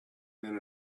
than